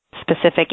specific